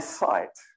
sight